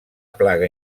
plaga